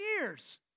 years